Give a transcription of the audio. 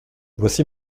voici